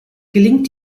gelingt